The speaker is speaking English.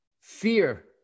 fear